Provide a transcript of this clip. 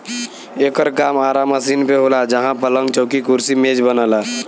एकर काम आरा मशीन पे होला जहां पलंग, चौकी, कुर्सी मेज बनला